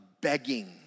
begging